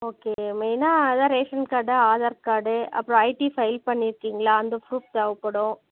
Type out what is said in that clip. okay மெயினாக அதுதான் ration card Aadhaar card அப்புறோம் ஐட்டி ஃபைல் பண்ணிருக்கிங்களா அந்த ப்ரூஃப் தேவைப்படும்